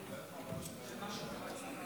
כנסת נכבדה,